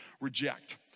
reject